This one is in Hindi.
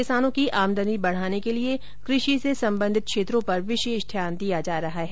किसानों की आमदनी बढ़ाने के लिए कृषि से संबंधित क्षेत्रों पर विशेष ध्यान दिया जा रहा है